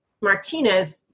Martinez